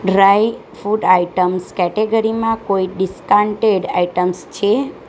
dry fruit items કેટેગરીમાં કોઈ discounted items છે